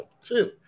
two